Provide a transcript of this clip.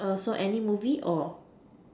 err so any movie or